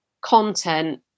content